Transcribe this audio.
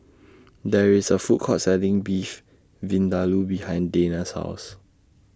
There IS A Food Court Selling Beef Vindaloo behind Deena's House